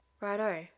righto